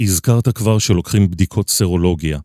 ‫הזכרת כבר שלוקחים בדיקות סרולוגיה.